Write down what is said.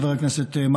חבר הכנסת מקלב,